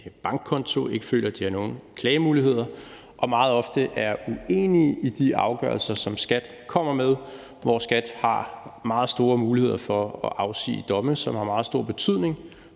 bankkonto, ikke føler, de har nogen klagemuligheder, og meget ofte er uenige i de afgørelser, som skatteforvaltningen kommer med, og hvor skatteforvaltningen har meget store muligheder for at afsige domme, som har meget stor betydning